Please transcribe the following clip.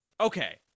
Okay